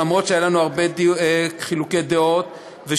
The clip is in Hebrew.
למרות חילוקי הדעות הרבים שהיו לנו,